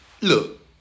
look